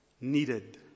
needed